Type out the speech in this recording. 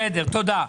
בסדר, תודה.